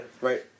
Right